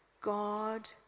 God